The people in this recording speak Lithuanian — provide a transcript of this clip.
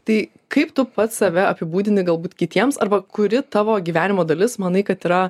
tai kaip tu pats save apibūdini galbūt kitiems arba kuri tavo gyvenimo dalis manai kad yra